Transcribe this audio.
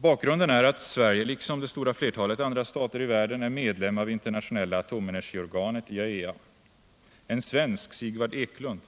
Bakgrunden är att Sverige liksom det stora flertalet andra stater i världen är medlem av det internationella atomenergiorganet, IAEA. En svensk, Sigvard Eklund,